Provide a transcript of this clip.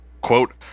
Quote